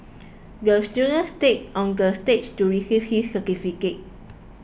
the student skate onto the stage to receive his certificate